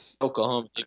Oklahoma